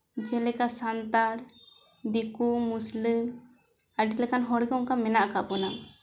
ᱡᱮᱞᱮᱠᱟ ᱥᱟᱱᱛᱟᱲ ᱫᱤᱠᱩ ᱢᱩᱥᱞᱟᱹ ᱟᱹᱰᱤᱞᱮᱠᱟᱱ ᱦᱚᱲᱜᱮ ᱚᱱᱠᱟ ᱢᱮᱱᱟᱜ ᱟᱠᱟᱫ ᱵᱚᱱᱟ